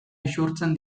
isurtzen